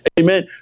amen